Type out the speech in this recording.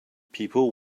people